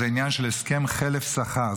זה עניין של הסכם חלף שכר,